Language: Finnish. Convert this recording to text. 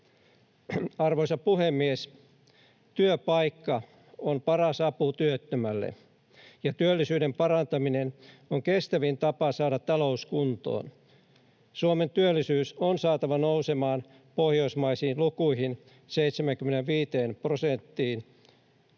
Arvoisa puhemies! Työpaikka on paras apu työttömälle, ja työllisyyden parantaminen on kestävin tapa saada talous kuntoon. Suomen työllisyys on saatava nousemaan pohjoismaisiin lukuihin, 75 prosenttiin.